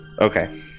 Okay